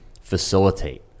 facilitate